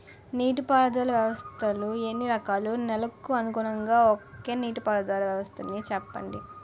నీటి పారుదల వ్యవస్థలు ఎన్ని రకాలు? నెలకు అనుగుణంగా ఒక్కో నీటిపారుదల వ్వస్థ నీ చెప్పండి?